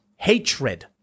Hatred